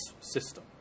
system